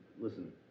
listen